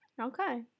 Okay